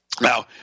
Now